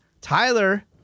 tyler